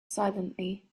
silently